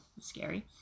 scary